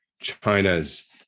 China's